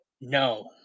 No